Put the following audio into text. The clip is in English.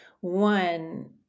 One